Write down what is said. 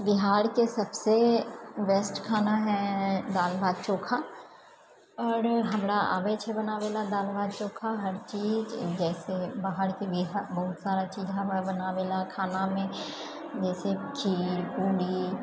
बिहारके सबसँ बेस्ट खाना है दाल भात चोखा आ हमरा आबैत छै बनाबए लए दाल भात चोखा हर चीज जैसे बाहरके भी बहुत सारा चीज हमरा आबय लऽ बनाबएमे खानामे जैसे खीर पूरी